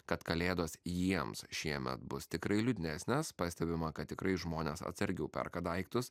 kad kalėdos jiems šiemet bus tikrai liūdnesnės pastebima kad tikrai žmonės atsargiau perka daiktus